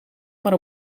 maar